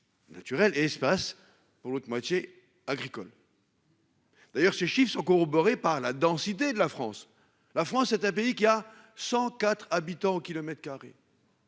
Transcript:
Naturels et espace pour l'autre moitié agricole. D'ailleurs ce chiffre sont corroborés par la densité de la France. La France est un pays qui a 104 habitants au kilomètre carré.